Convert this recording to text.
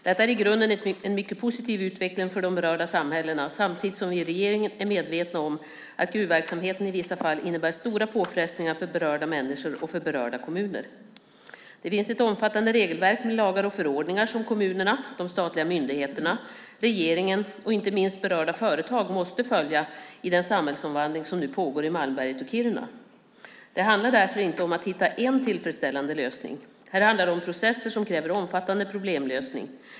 Detta är i grunden en mycket positiv utveckling för de berörda samhällena samtidigt som vi i regeringen är medvetna om att gruvverksamheten i vissa fall innebär stora påfrestningar för berörda människor och för berörda kommuner. Det finns ett omfattande regelverk med lagar och förordningar som kommunerna, de statliga myndigheterna, regeringen och inte minst berörda företag måste följa i den samhällsomvandling som nu pågår i Malmberget och Kiruna. Det handlar därför inte om att hitta en tillfredsställande lösning. Här handlar det om processer som kräver omfattande problemlösning.